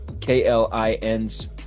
K-L-I-N's